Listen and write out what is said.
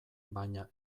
baina